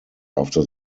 after